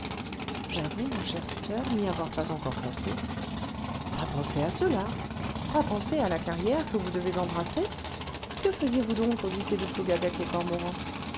j'avoue mon cher tuteur n'y avoir pas encore pensé pas pensé à cela pas pensé à la carrière que vous devez embrasser que faisiez-vous donc au lycée de